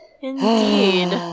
Indeed